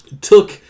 took